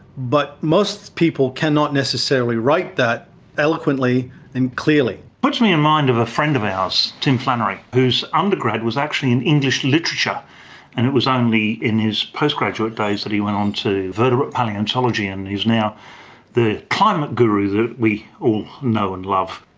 but most people cannot necessarily write that eloquently and clearly. it puts me in mind of a friend of ours, tim flannery, whose undergrad was actually in english literature and it was only in his postgraduate days that he went on to invertebrate palaeontology, and he's now the climate guru that we know and love.